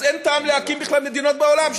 אז אין טעם להקים בכלל מדינות בעולם,